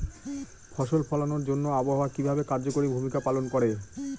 ফসল ফলানোর জন্য আবহাওয়া কিভাবে কার্যকরী ভূমিকা পালন করে?